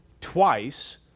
twice